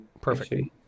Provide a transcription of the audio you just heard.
Perfect